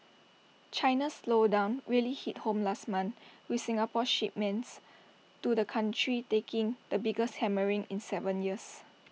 China's slowdown really hit home last month with Singapore's shipments to the country taking the biggest hammering in Seven years